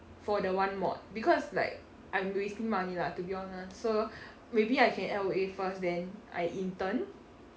for the one mod because like I'm wasting money lah to be honest so maybe I can L L_O_A first then I intern